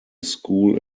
school